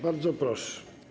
Bardzo proszę.